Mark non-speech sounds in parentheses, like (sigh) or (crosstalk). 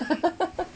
(laughs)